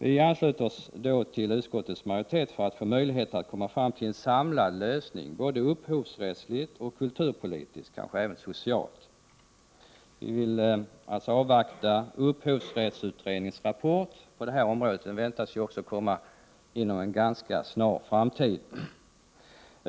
Vi ansluter oss till utskottets majoritet för att få möjlighet att komma fram till en samlad lösning, både upphovsrättsligt och kulturpolitiskt och kanske även socialt. Vi vill avvakta upphovsrättsutredningens rapport på området. Den väntas komma inom en ganska snar framtid.